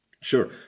Sure